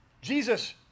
Jesus